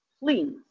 please